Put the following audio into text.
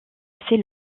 assez